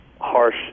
harsh